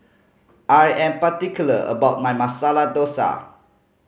I am particular about my Masala Dosa